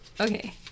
Okay